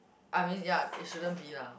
I mean ya it shouldn't be lah